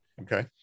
okay